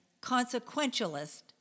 consequentialist